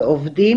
ועובדים,